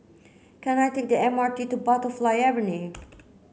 can I take the M R T to Butterfly Avenue